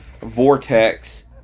vortex